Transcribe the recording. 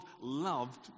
loved